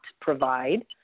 provide